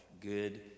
good